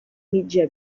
mitja